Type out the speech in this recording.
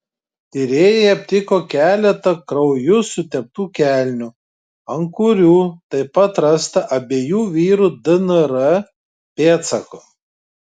tyrėjai aptiko keletą krauju suteptų kelnių ant kurių taip pat rasta abiejų vyrų dnr pėdsakų